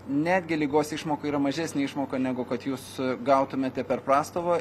netgi ligos išmoka yra mažesnė išmoka negu kad jūs gautumėte per prastovą